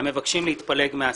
המבקשים להתפלג מהסיעה.